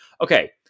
okay